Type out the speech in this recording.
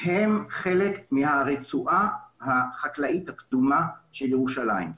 הם חלק מהרצועה החקלאית הכתומה של ירושלים.